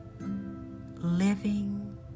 living